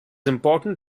important